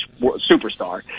superstar